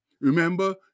Remember